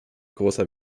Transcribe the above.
großer